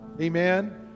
Amen